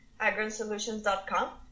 AgronSolutions.com